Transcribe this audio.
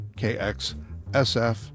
kxsf